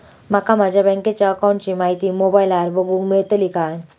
माका माझ्या बँकेच्या अकाऊंटची माहिती मोबाईलार बगुक मेळतली काय?